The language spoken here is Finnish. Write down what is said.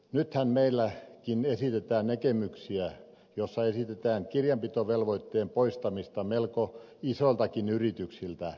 nythän meilläkin esitetään näkemyksiä joissa esitetään kirjanpitovelvoitteen poistamista melko isoiltakin yrityksiltä